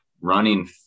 Running